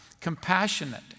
compassionate